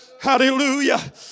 Hallelujah